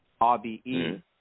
RBE